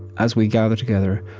as we gather together,